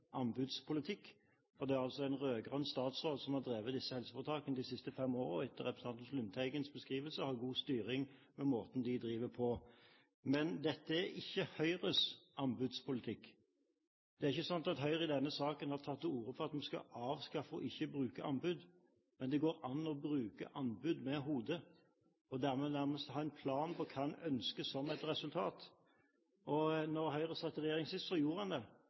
for det er altså en rød-grønn statsråd som har drevet disse helseforetakene de siste fem årene, og som etter representanten Lundteigens beskrivelse har god styring på måten de drives på. Men dette er ikke Høyres anbudspolitikk. Det er ikke slik at Høyre i denne saken har tatt til orde for at vi skal avskaffe og ikke bruke anbud. Men det går an å bruke anbud med hodet og dermed nærmest ha en plan for hva man ønsker som resultat. Da Høyre satt i regjering sist, gjorde man det.